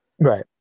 Right